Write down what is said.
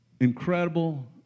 Incredible